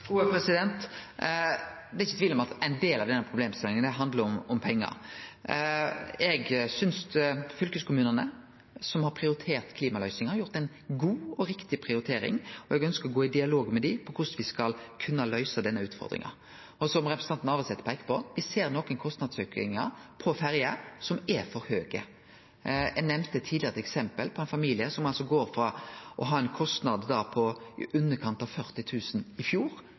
Det er ikkje tvil om at ein del av denne problemstillinga handlar om pengar. Eg synest fylkeskommunane, som har prioritert klimaløysingar, har gjort ei god og riktig prioritering, og eg ønskjer å gå i dialog med dei om korleis me skal løyse denne utfordringa. Som representanten Navarsete peikte på, ser eg òg nokre kostnadsaukar for ferje som er for høge. Eg nemnde tidlegare eit eksempel på ein familie som går frå å ha hatt ein kostnad på i underkant av 40 000 kr i fjor,